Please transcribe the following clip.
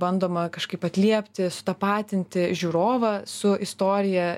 bandoma kažkaip atliepti sutapatinti žiūrovą su istorija